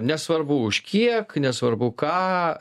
nesvarbu už kiek nesvarbu ką